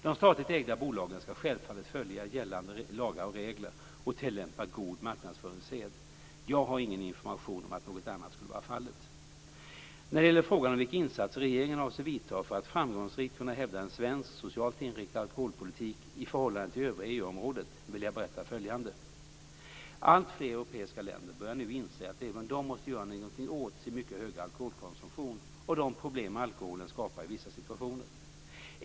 De statligt ägda bolagen skall självfallet följa gällande lagar och regler och tillämpa god marknadsföringssed. Jag har ingen information om att något annat skulle vara fallet. När det gäller frågan om vilka insatser regeringen avser vidta för att framgångsrikt kunna hävda en svensk, socialt inriktad alkoholpolitik i förhållande till övriga EU-området vill jag berätta följande. Alltfler europeiska länder börjar nu inse att även de måste göra något åt sin mycket höga alkoholkonsumtion och de problem alkoholen skapar i vissa situationer.